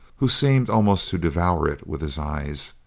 who seemed almost to devour it with his eyes,